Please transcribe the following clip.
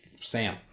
Sam